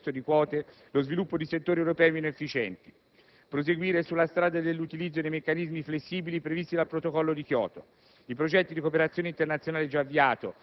ad alta efficienza paghino, attraverso l'acquisto di quote, lo sviluppo di settori europei meno efficienti. In secondo luogo, proseguire sulla strada dell'utilizzo dei meccanismi flessibili previsti dal Protocollo di Kyoto.